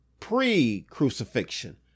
pre-crucifixion